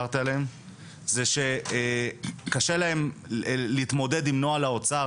זה שקשה להם להתמודד עם נוהל האוצר,